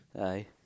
aye